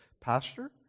Pastor